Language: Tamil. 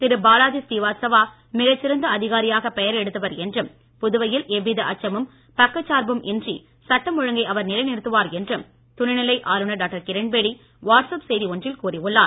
திரு பாலாஜி ஸ்ரீவாஸ்தவா மிகச்சிறந்த அதிகாரியாக பெயர் எடுத்தவர் என்றும் புதுவையில் எவ்வித அச்சமும் பக்கச் சார்பும் இன்றி சட்டம் ஒழுங்கை அவர் நிலை நிறுத்துவார் என்றும் துணை நிலை ஆளுநர் டாக்டர் கிரண்பேடி வாட்ஸ் அப் செய்தி ஒன்றில் கூறியுள்ளார்